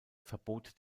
verbot